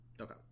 Okay